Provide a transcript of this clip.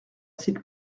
s’il